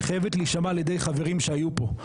היא חייבת להישמע על ידי חברים שהיו פה,